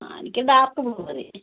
ആ എനിക്ക് dark colour മതി